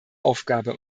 aufgabe